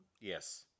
yes